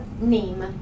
name